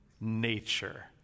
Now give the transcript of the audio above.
nature